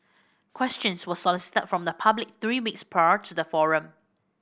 questions were solicited from the public three weeks prior to the forum